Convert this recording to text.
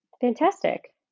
Fantastic